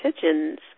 pigeons